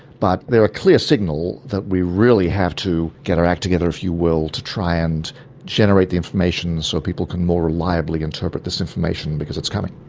but they're a clear signal that we really have to get our act together, if you will, to try and generate the information so people can more reliably interpret this information. because it's coming.